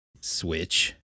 switch